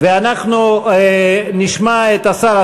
ואנחנו נשמע את השר.